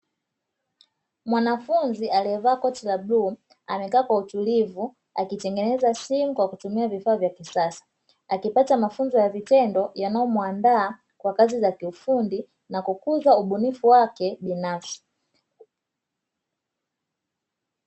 Mwanafunzi aliyevaa koti la bluu, amekaa kwa utulivu akitengeneza simu kwa kutumia vifaa vya kisasa, akipata mafunzo ya vitendo yanayomuandaa kwa kazi za kiufundi na kukuza ubunifu wake binafsi.